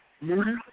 Moody